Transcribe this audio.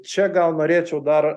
čia gal norėčiau dar